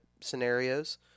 scenarios